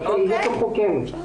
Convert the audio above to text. הייתה לי פריצת דיסק קשה,